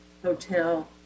hotel